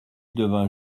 devint